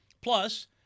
Plus